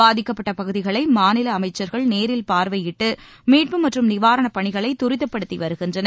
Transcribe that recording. பாதிக்கப்பட்ட பகுதிகளை மாநில அமைச்சர்கள் நேரில் பார்வையிட்டு மீட்பு மற்றும் நிவாரணப் பணிகளை தரிதப்படுத்தி வருகின்றனர்